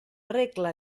regla